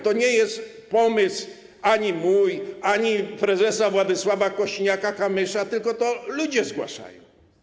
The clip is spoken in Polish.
To nie jest pomysł ani mój, ani prezesa Władysława Kosiniaka-Kamysza, tylko to ludzie zgłaszają.